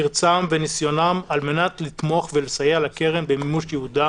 מרצם וניסיונם כדי לתמוך ולסייע לקרן במימוש ייעודה